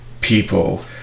people